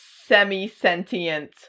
semi-sentient